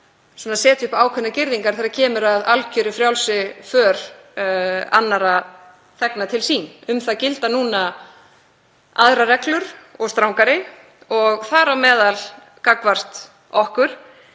um að setja upp ákveðnar girðingar þegar kemur að algjörlega frjálsri för annarra þegna til sín. Um það gilda nú aðrar reglur og strangari og þar á meðal gagnvart okkur.